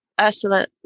Ursula